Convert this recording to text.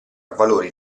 valori